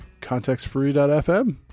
contextfree.fm